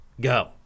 Go